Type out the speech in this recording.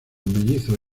mellizos